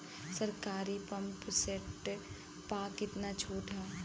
सरकारी pump set प कितना छूट हैं?